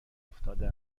افتاده